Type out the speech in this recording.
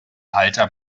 halter